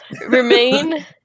Remain